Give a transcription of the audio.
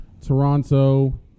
Toronto